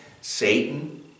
Satan